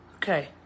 Okay